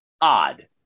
odd